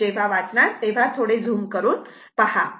पण जेव्हा वाचणार तेव्हा थोडे झूम करून पहा